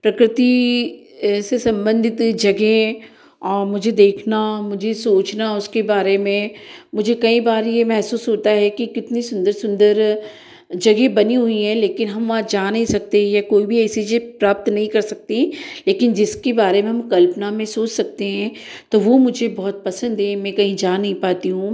प्रकृति ऐसे सम्बंधित जगह मुझे देखना मुझे सोचना उसके बारे में मुझे कई बारी ये महसूस होता है कि कितनी सुंदर सुंदर जगह बनी हुई है लेकिन हम वहाँ जा नहीं सकते या कोई भी ऐसी चीज प्राप्त नहीं कर सकते लेकिन जिसके बारे में हम कल्पना में सोच सकते हैं तो वो मुझे बहुत पसंद है मैं कहीं जा नहीं पाती हूँ